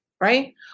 right